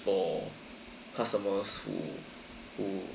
for customers who who